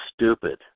stupid